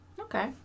Okay